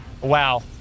wow